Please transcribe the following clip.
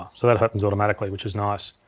so that happens automatically which is nice.